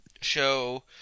show